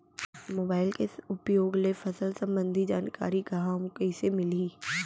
Mobile के उपयोग ले फसल सम्बन्धी जानकारी कहाँ अऊ कइसे मिलही?